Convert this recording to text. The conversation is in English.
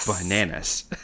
bananas